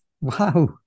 Wow